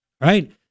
right